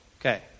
Okay